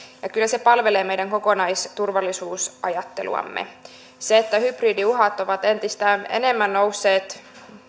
ja kyllä se palvelee meidän kokonaisuusturvallisuusajatteluamme hybridiuhat ovat entistä enemmän nousseet